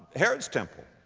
herod's temple,